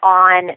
on